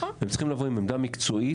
הם צריכים לבוא עם עמדה מקצועית